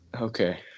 Okay